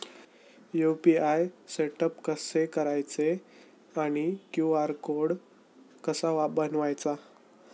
UPI setup कसे करायचे आणि क्यू.आर कोड कसा बनवायचा?